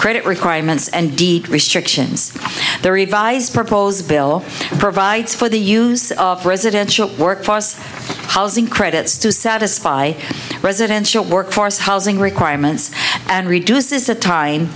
credit requirements and restrictions the revised purpose bill provides for the use of residential workforce housing credits to satisfy residential workforce housing requirements and reduces the time